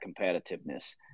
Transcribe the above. competitiveness